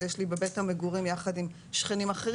אז יש לי בבית המגורים יחד עם שכנים אחרים.